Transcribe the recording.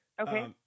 Okay